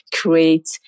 create